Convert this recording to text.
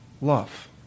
Love